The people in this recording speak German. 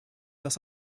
dass